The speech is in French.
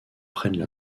prennent